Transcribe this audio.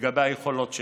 לגבי היכולות שלהם,